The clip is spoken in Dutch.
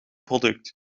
product